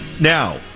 now